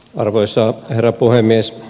arvoisa herra puhemies